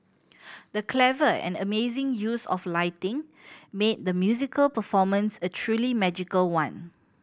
the clever and amazing use of lighting made the musical performance a truly magical one